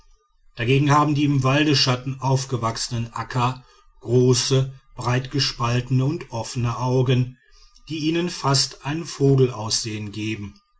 dagegen haben die im waldesschatten aufgewachsenen akka große breitgespaltene und offene augen die ihnen fast ein vogelaussehen geben